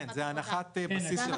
כן, זה הנחת בסיס.